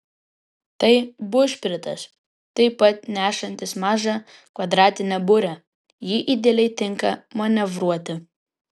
tai bušpritas taip pat nešantis mažą kvadratinę burę ji idealiai tinka manevruoti